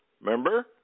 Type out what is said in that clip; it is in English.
Remember